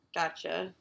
Gotcha